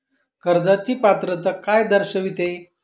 कर्जाची पात्रता काय दर्शविते?